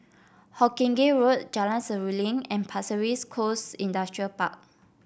Hawkinge Road Jalan Seruling and Pasir Ris Coast Industrial Park